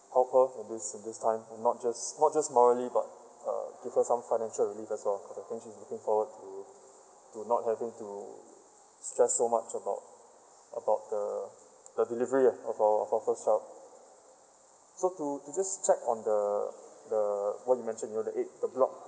help her in this in this time and not just not just morally but uh give her some financial relief as well cause I think she's looking forward to to not having to stress so much about the the delivery ah of our our first child so to to just check on the the one you mentioned you know the eight the block